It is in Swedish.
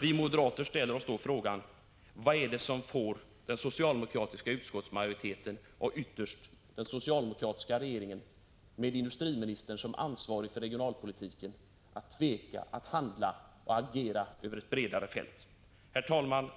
Vi moderater ställer oss då frågan: Vad är det som får den socialdemokratiska utskottsmajoriteten och ytterst den socialdemokratiska regeringen, med industriministern som ansvarig för regionalpolitiken, att tveka när det gäller att handla och att agera över ett bredare fält? Herr talman!